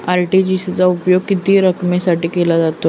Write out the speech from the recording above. RTGS चा उपयोग किती रकमेसाठी केला जातो?